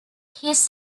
his